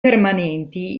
permanenti